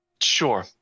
sure